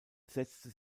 setzte